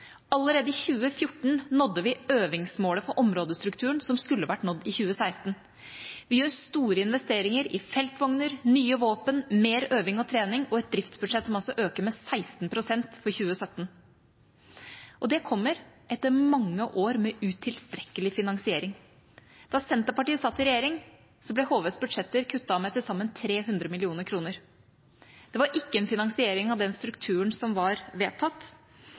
Allerede i 2014 nådde vi øvingsmålet for områdestrukturen, som skulle vært nådd i 2016. Vi gjør store investeringer i feltvogner, nye våpen, mer øving og trening og har et driftsbudsjett som altså øker med 16 pst. for 2017. Og det kommer etter mange år med utilstrekkelig finansiering. Da Senterpartiet satt i regjering, ble HVs budsjetter kuttet med til sammen 300 mill. kr. Det var ikke en finansiering av den strukturen som var vedtatt.